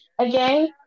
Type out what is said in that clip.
again